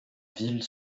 ville